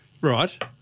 Right